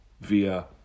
via